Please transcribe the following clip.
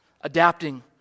adapting